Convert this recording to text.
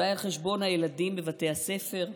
אולי על חשבון הילדים בבתי הספר?